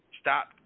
Stop